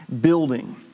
building